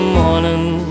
morning